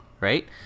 right